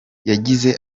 yagize